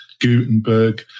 Gutenberg